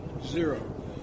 zero